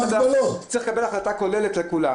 צריך לקבל החלטה כוללת לכולם.